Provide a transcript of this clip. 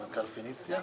עם מנכ"ל פניציה.